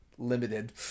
limited